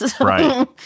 Right